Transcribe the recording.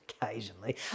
occasionally